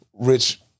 rich